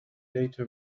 later